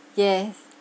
yes